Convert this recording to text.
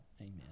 Amen